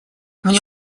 мне